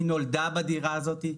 היא נולדה בדירה הזאת,